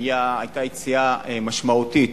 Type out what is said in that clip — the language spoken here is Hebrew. היתה יציאה משמעותית